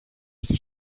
στο